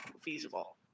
feasible